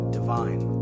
Divine